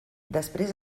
després